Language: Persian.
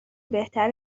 بهتر